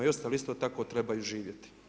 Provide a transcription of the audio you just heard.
I ostali isto tako trebaju živjeti.